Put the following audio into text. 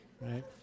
right